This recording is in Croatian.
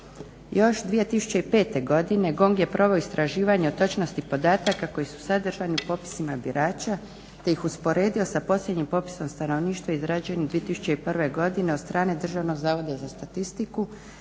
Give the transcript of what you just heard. Još 2005.godine GONG je proveo istraživanje o točnosti podataka koji su sadržani u popisima birača te ih usporedio sa posljednjim popisom stanovništva izrađenog 2001.godine od strane Državnog zavoda za statistiku